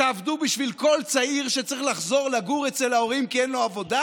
תעבדו בשביל כל צעיר שצריך לחזור לגור אצל ההורים כי אין לו עבודה,